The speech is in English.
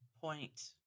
Point